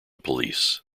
police